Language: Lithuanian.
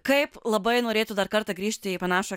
kaip labai norėtų dar kartą grįžti į panašų